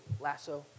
lasso